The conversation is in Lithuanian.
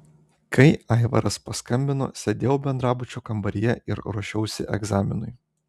kai aivaras paskambino sėdėjau bendrabučio kambaryje ir ruošiausi egzaminui